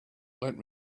let